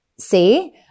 see